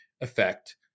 effect